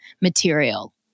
material